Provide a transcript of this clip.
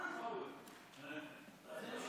בעד, 15, אין מתנגדים.